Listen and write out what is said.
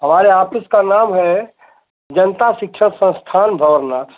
हमारे आफिस का नाम है जनता शिक्षा संस्थान भँवरनाथ